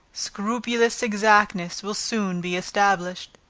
scrupulous exactness will soon be established.